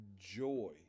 joy